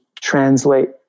translate